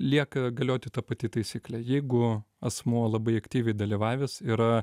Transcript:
lieka galioti ta pati taisyklė jeigu asmuo labai aktyviai dalyvavęs yra